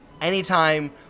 anytime